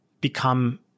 become